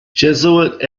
jesuit